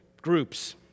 groups